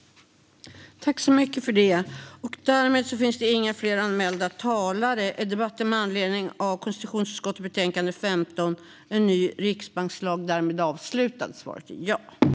En ny riksbankslag